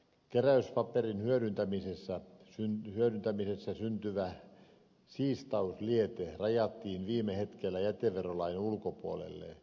keräyspaperin hyödyntämisessä syntyvä siistausliete rajattiin viime hetkellä jäteverolain ulkopuolelle